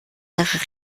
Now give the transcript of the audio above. ihre